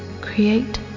create